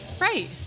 Right